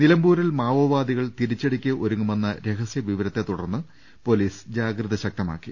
നിലമ്പൂരിൽ മാവോവാദികൾ തിരിച്ചടിക്ക് ഒരുങ്ങുമെന്ന രഹസ്യ വിവരത്തിനെ തുടർന്ന് പൊലീസ് ജാഗ്രത ശക്തമാക്കി